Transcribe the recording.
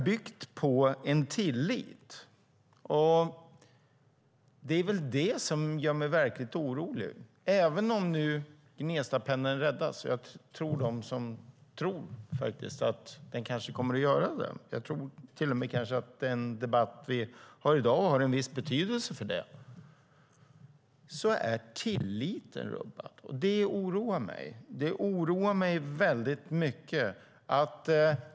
Jag tillhör dem som tror att Gnestapendeln kanske kommer att räddas. Jag tror till och med att den debatt vi har i dag kan ha en viss betydelse. Men tilliten är rubbad, och det oroar mig väldigt mycket.